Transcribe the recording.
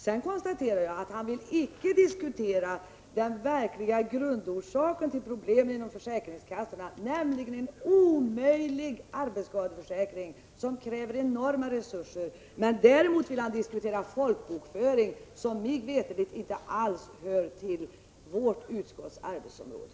Jag konstaterar att Ralf Lindström icke vill diskutera den verkliga grundorsaken till problemen inom försäkringskassorna, nämligen en omöjlig arbetsskadeförsäkring, som kräver enorma resurser. Däremot vill han diskutera folkbokföring, som mig veterligt inte alls hör till vårt utskotts arbetsområde.